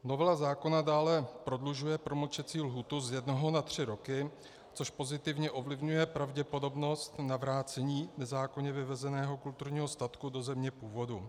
Novela zákona dále prodlužuje promlčecí lhůtu z jednoho na tři roky, což pozitivně ovlivňuje pravděpodobnost navrácení nezákonně vyvezeného kulturního statku do země původu.